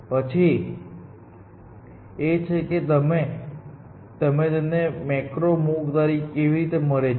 પ્રશ્ન એ છે કે તમે તમને મેક્રો મૂવ કેવી રીતે મળે છે